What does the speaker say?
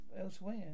elsewhere